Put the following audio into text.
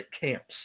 camps